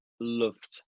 loved